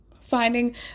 Finding